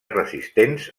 resistents